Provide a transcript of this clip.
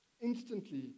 Instantly